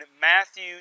Matthew